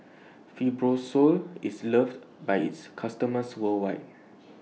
Fibrosol IS loved By its customers worldwide